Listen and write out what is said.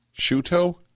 Shuto